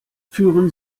führen